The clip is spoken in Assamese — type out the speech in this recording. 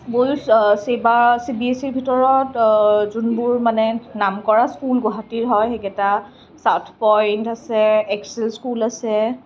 স্কুল্ছ ছেবা চিবিএছই ৰ ভিতৰত যিবোৰ মানে নাম কৰা স্কুল গুৱাহাটীৰ হয় সেইকেইটা চাউথ পইণ্ট আছে এক্সেল স্কুল আছে